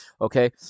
okay